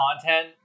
content